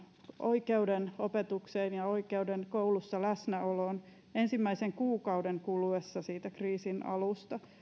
oikeuden opetukseen ja oikeuden koulussa läsnäoloon ensimmäisen kuukauden kuluessa kriisin alusta